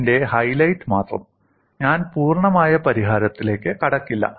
അതിന്റെ ഹൈലൈറ്റ് മാത്രം ഞാൻ പൂർണ്ണമായ പരിഹാരത്തിലേക്ക് കടക്കില്ല